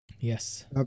Yes